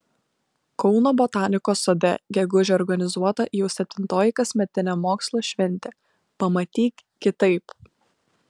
kauno botanikos sode gegužę organizuota jau septintoji kasmetinė mokslo šventė pamatyk kitaip